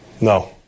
No